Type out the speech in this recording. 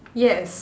yes